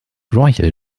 royal